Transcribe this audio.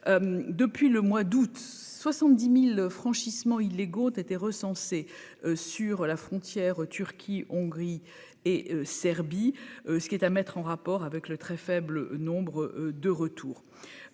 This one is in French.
depuis le mois d'août 70000 franchissements illégaux ont été recensés sur la frontière, Turquie, Hongrie et Serbie, ce qui est à mettre en rapport avec le très faible nombre de retour